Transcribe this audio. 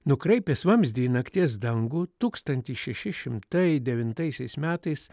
nukreipęs vamzdį į nakties dangų tūkstantis šeši šimtai devintaisiais metais